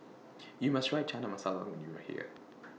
YOU must Try Chana Masala when YOU Are here